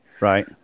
right